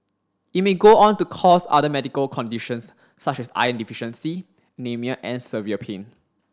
it may go on to cause other medical conditions such as iron deficiency anaemia and severe pain